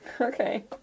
Okay